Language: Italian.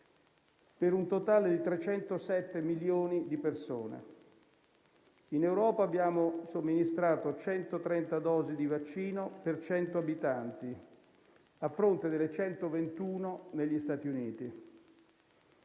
per un totale di 307 milioni di persone. In Europa abbiamo somministrato 130 dosi di vaccino per 100 abitanti, a fronte delle 121 negli Stati Uniti.